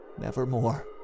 nevermore